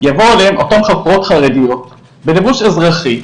יבואו אליהם אותן חוקרות חרדיות בלבוש אזרחי,